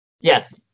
yes